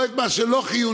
לא את מה שלא חיוני,